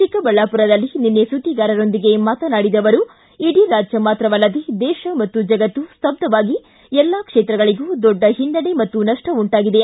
ಚಿಕ್ಕಬಳ್ಳಾಪುರದಲ್ಲಿ ನಿನ್ನೆ ಸುದ್ದಿಗಾರರೊಂದಿಗೆ ಮಾತನಾಡಿದ ಅವರು ಇಡೀ ರಾಜ್ಯ ಮಾತ್ರವಲ್ಲದೇ ದೇಶ ಮತ್ತು ಜಗತ್ತು ಸ್ತಬ್ಭವಾಗಿ ಎಲ್ಲಾ ಕ್ಷೇತ್ರಗಳಿಗೂ ದೊಡ್ಡ ಹಿನ್ನಡೆ ಮತ್ತು ನಷ್ಟ ಉಂಟಾಗಿದೆ